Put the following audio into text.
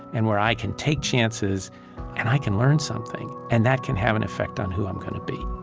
and where i can take chances and i can learn something. and that can have an effect on who i'm going to be